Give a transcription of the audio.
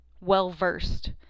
well-versed